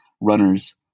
runners